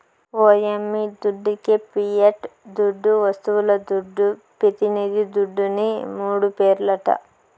ఓ యమ్మీ దుడ్డికే పియట్ దుడ్డు, వస్తువుల దుడ్డు, పెతినిది దుడ్డుని మూడు పేర్లట